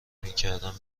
میکردم